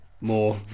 more